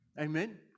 Amen